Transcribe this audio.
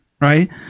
right